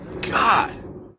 God